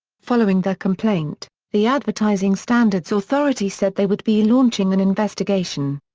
following their complaint, the advertising standards authority said they would be launching an investigation.